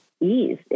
ease